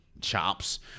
chops